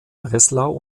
breslau